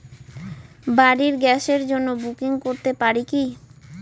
বাড়ির গ্যাসের জন্য বুকিং করতে পারি কি?